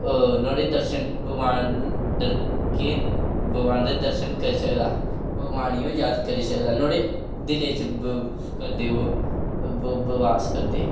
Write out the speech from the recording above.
नुहाड़े दर्शन भगवान दे दर्शन करी सकदा भगवान गी ओह् याद करी सकदा नुहाड़े दिलै च करदे ओह् वास करदे